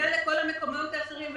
מגיעה לכל המקומות האחרים,